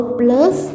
plus